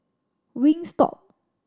wingstop